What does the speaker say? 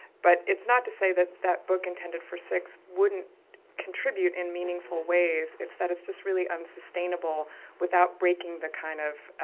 but it's not to say that that book intended for six wouldn't contribute in meaningful ways. it's that it's just really unsustainable without breaking the kind of,